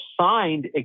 signed